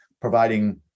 providing